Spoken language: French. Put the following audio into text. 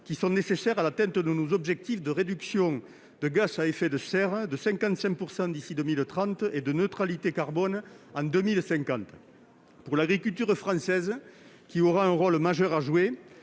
qui sont nécessaires pour atteindre nos objectifs de réduction d'émission de gaz à effet de serre de 55 % d'ici à 2030 et de neutralité carbone en 2050. Pour l'agriculture française, qui aura un rôle majeur à jouer,